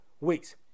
weeks